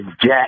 Jack